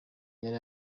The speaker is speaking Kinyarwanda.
yari